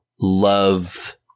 love